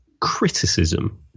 criticism